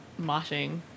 moshing